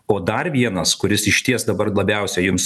o dar vienas kuris išties dabar labiausia jums